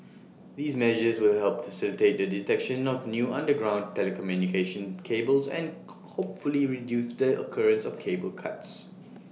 these measures will help facilitate the detection of new underground telecommunication cables and hopefully reduce the occurrence of cable cuts